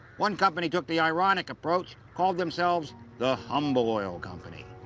one company took the ironic approach, called themselves the humble oil company.